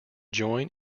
join